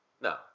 No